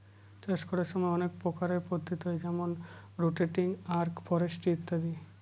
চাষ করার সময় অনেক প্রকারের পদ্ধতি হয় যেমন রোটেটিং, আগ্র ফরেস্ট্রি ইত্যাদি